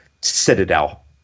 Citadel